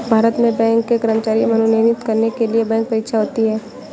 भारत में बैंक के कर्मचारी मनोनीत करने के लिए बैंक परीक्षा होती है